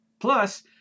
Plus